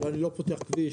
אני לא פותח כביש.